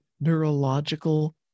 neurological